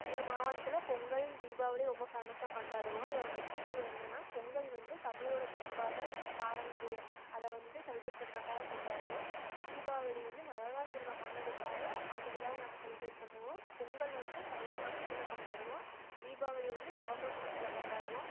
எங்கள் மாவட்டத்தில் பொங்கல் தீபாவளி ரொம்ப ஃபேமஸாக கொண்டாடுவோம் இதோட முக்கியத்துவம் என்னென்னா பொங்கல் வந்து தமிழோட பண்பாட்டை பாரம்பரியம் அதை வந்து செல்ப்ரேட் பண்ணுறக்காக கொண்டாடுவோம் தீபாவளி வந்து நரகாசுரனை கொன்றதுக்காக அந்த விழாவை நாங்கள் செலெப்ரேட் பண்ணுவோம் பொங்கல் வந்து தை மாதத்துல கொண்டாடுவோம் தீபாவளி வந்து நவம்பர் மாதத்துல கொண்டாடுவோம்